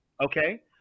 okay